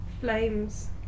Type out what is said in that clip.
flames